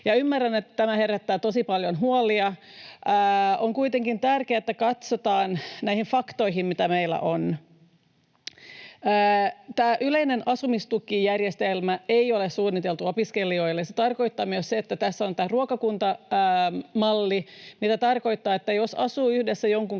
Ymmärrän, että tämä herättää tosi paljon huolia. On kuitenkin tärkeää, että katsotaan näihin faktoihin, mitä meillä on. Tämä yleinen asumistukijärjestelmä ei ole suunniteltu opiskelijoille. Se tarkoittaa myös sitä, että tässä on tämä ruokakuntamalli, mikä tarkoittaa, että jos asuu yhdessä jonkun